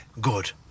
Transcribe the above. good